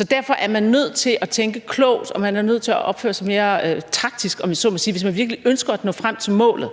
og derfor er man nødt til at tænke klogt, og man er nødt til at opføre sig mere taktisk, om jeg så må sige, hvis man virkelig ønsker at nå frem til målet.